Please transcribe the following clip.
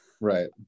Right